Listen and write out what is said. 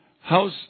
How's